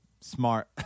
smart